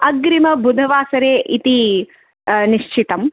अग्रिमबुधवासरे इति निश्चितं